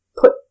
put